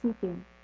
seeking